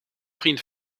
vriend